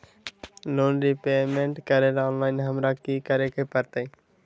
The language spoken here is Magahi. लोन रिपेमेंट करेला ऑनलाइन हमरा की करे के परतई?